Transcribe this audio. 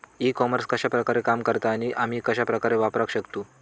E commerce कश्या प्रकारे काम करता आणि आमी कश्या प्रकारे वापराक शकतू?